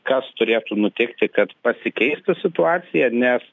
kas turėtų nutikti kad pasikeistų situacija nes